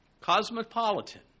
Cosmopolitan